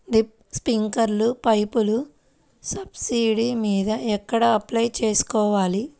Drip, స్ప్రింకర్లు పైపులు subsidy మీద ఎక్కడ అప్లై చేసుకోవాలి?